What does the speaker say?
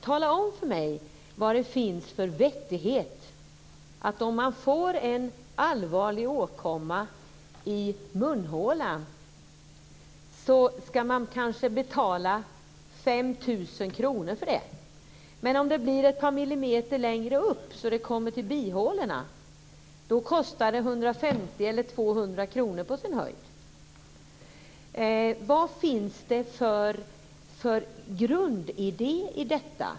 Tala om för mig vad det är för vettigt i att man ska betala kanske 5 000 kr om man får en allvarlig åkomma i munhålan men att det kostar på sin höjd 150 eller 200 kr om det är en åkomma ett par millimeter längre upp, i bihålorna. Vad finns det för grundidé i detta?